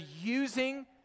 using